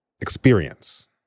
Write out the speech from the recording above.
Experience